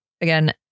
again